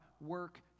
work